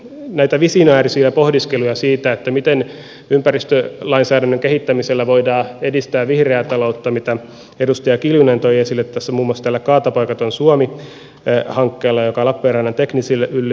oli visionäärisiä pohdiskeluja siitä miten ympäristölainsäädännön kehittämisellä voidaan edistää vihreää taloutta mitä edustaja kiljunen toi esille muun muassa tällä kaatopaikaton suomi hankkeella joka lappeenrannan teknillisellä yliopistolla on